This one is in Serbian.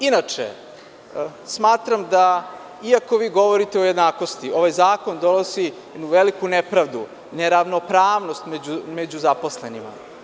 Inače, smatram da, iako vi govorite o jednakosti, ovaj zakon donosi jednu veliku nepravdu, neravnopravnost među zaposlenima.